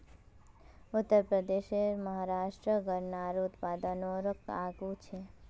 उत्तरप्रदेश, महाराष्ट्र गन्नार उत्पादनोत आगू छे